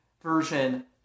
version